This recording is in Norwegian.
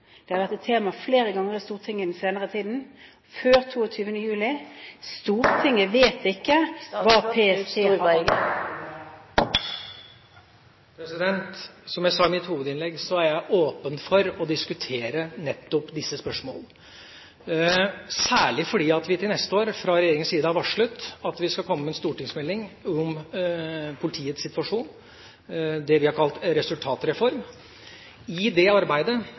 Det har vært et tema flere ganger i Stortinget i den senere tiden, før 22. juli. Stortinget vet ikke hva PST har adgang til å gjøre. Som jeg sa i mitt hovedinnlegg, er jeg åpen for å diskutere nettopp disse spørsmålene, særlig fordi vi fra regjeringas side har varslet at vi neste år skal komme med en stortingsmelding om politiets situasjon, det vi har kalt en resultatreform. I det arbeidet